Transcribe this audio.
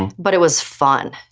but it was fun,